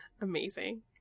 amazing